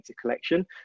collection